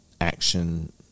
action